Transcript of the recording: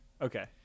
okay